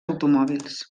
automòbils